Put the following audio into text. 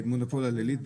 ההבדלים.